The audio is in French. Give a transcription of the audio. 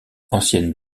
ancienne